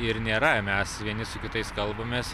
ir nėra mes vieni su kitais kalbamės